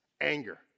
Anger